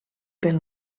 pel